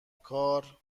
کار